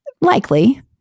Likely